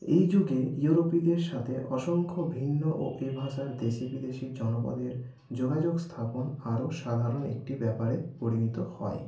এই যুগে ইউরোপিদের সাতে অসংখ্য ভিন্ন ও এভাষার দেশি বিদেশি জনপদের যোগাযোগ স্থাপন আরও সাধারণ একটি ব্যাপারে পরিণীত হয়